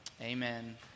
Amen